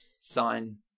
sign